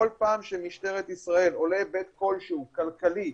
כל פעם שבמשטרת ישראל עולה היבט כלשהו כלכלי,